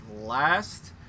last